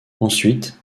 ensuite